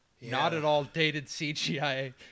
not-at-all-dated-CGI